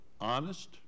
honest